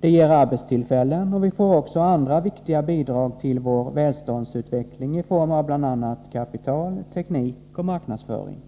De ger arbetstillfällen, och vi får också andra viktiga bidrag till vår välståndsutveckling i form av bl.a. kapital, teknik och marknadsföring.